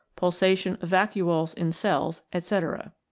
pulsation of vacuoles in cells, etc.